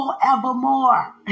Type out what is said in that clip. forevermore